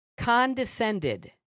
condescended